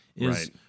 Right